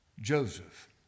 Joseph